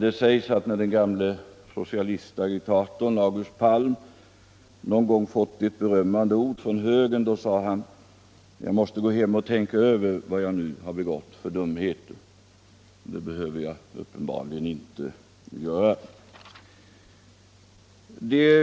Det sägs att den gamle socialistagitatorn August Palm när han någon gång hade fått ett berömmande ord från högern sade: ”Jag måste gå hem och tänka över vad jag nu har begått för dumheter.” Det behöver jag uppenbarligen inte göra.